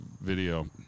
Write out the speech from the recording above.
video